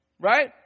Right